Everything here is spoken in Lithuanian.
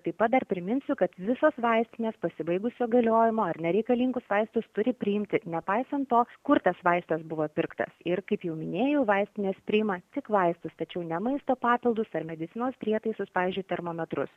taip pat dar priminsiu kad visos vaistinės pasibaigusio galiojimo ar nereikalingus vaistus turi priimti nepaisant to kur tas vaistas buvo pirktas ir kaip jau minėjau vaistinės priima tik vaistus tačiau ne maisto papildus ar medicinos prietaisus pavyzdžiui termometrus